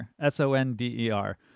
S-O-N-D-E-R